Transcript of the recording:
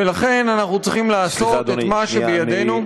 ולכן אנחנו צריכים לעשות את מה שבידינו,